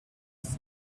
asked